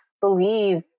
believe